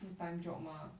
full time job mah